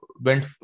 went